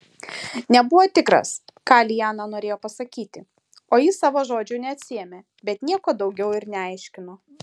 nebuvo tikras ką liana norėjo pasakyti o ji savo žodžių neatsiėmė bet nieko daugiau ir neaiškino